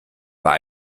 bei